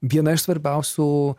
viena iš svarbiausių